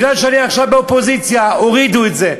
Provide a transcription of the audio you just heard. מכיוון שאני עכשיו באופוזיציה, הורידו את זה.